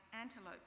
antelope